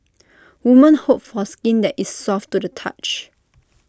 women hope for skin that is soft to the touch